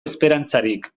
esperantzarik